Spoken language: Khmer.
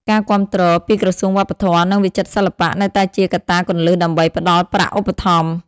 ការគាំទ្រ ពីក្រសួងវប្បធម៌ និងវិចិត្រសិល្បៈនៅតែជាកត្តាគន្លឹះដើម្បីផ្តល់ប្រាក់ឧបត្ថម្ភ។